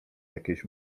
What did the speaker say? jakiejś